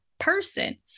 person